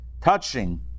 touching